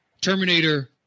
Terminator